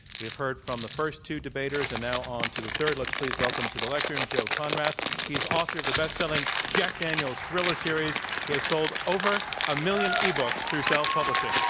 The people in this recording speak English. we have heard from the first two debaters, and now on to the third. let's please welcome to the lectern joe konrath. he is author of the bestselling jack daniels thriller series that has sold over a million ebooks through self-publishing.